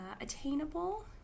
attainable